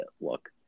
look